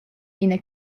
ina